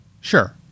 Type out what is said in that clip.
Sure